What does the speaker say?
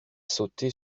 sauté